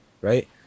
right